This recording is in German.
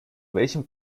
welchem